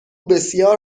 بسیار